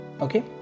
okay